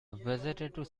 visited